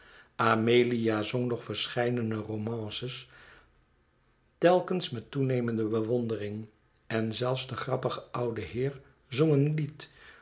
amelia zong nog verscheidene romances telkens met toenemende bewondering en zelfs de grappige oude heer zong een